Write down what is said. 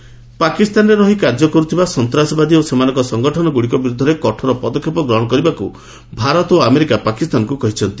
India US ପାକିସ୍ତାନରେ ରହି କାର୍ଯ୍ୟ କରୁଥିବା ସନ୍ତାସବାଦୀ ଓ ସେମାନଙ୍କ ସଂଗଠନଗ୍ରଡ଼ିକ ବିରୁଦ୍ଧରେ କଠୋର ପଦକ୍ଷେପ ଗ୍ରହଣ କରିବାକୁ ଭାରତ ଓ ଆମେରିକା ପାକିସ୍ତାନକୁ କହିଛନ୍ତି